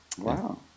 Wow